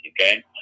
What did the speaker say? okay